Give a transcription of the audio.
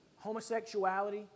homosexuality